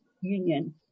union